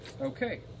Okay